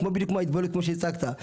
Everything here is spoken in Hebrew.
בדיוק כמו ההתבוללות שהצגת,